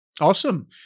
Awesome